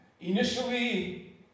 initially